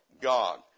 God